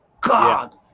God